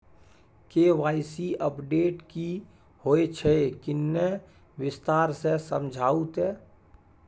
KYC update की होय छै किन्ने विस्तार से समझाऊ ते?